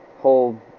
whole